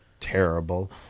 terrible